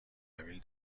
قبیل